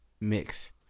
mix